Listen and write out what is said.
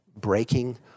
breaking